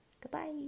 Goodbye